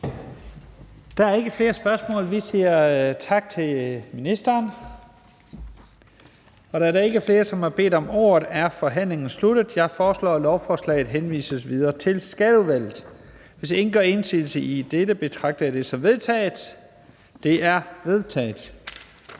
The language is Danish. Der er ikke flere spørgsmål. Vi siger tak til ministeren. Da der ikke er flere, der har bedt om ordet, er forhandlingen sluttet. Jeg foreslår, at lovforslaget henvises til Skatteudvalget. Hvis ingen gør indsigelse mod dette, betragter jeg det som vedtaget. Det er vedtaget.